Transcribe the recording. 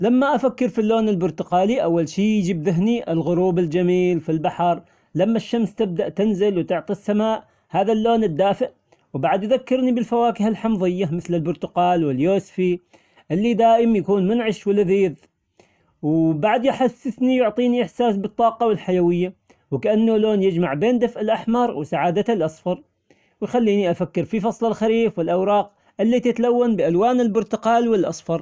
لما أفكر في اللون البرتقالي أول شي يجي بذهني الغروب الجميل في البحر لما الشمس تبدأ تنزل وتعطي السماء هذا اللون الدافئ، وبعد يذكرني بالفواكه الحمضية مثل البرتقال واليوسفي اللي دائم يكون منعش ولذيذ، وبعد يحسسني يعطيني إحساس بالطاقة والحيوية وكأنه لون يجمع بين دفئ الأحمر وسعادة الأصفر، ويخليني أفكر في فصل الخريف والأوراق اللي تتلون بألوان البرتقال والأصفر.